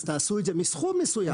אז שיעשו את זה מסכום מסוים.